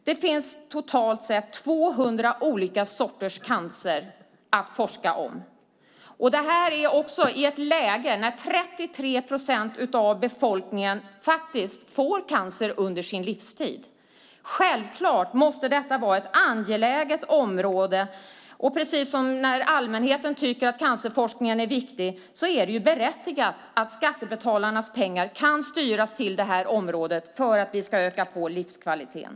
Det finns totalt sett 200 olika sorters cancer att forska om i ett läge där 33 procent av befolkningen får cancer under sin livstid. Självklart måste detta vara ett angeläget område. När allmänheten tycker att cancerforskningen är viktig är det berättigat att skattebetalarnas pengar kan styras till området för att öka livskvaliteten.